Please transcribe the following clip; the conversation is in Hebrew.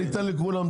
אני אסביר.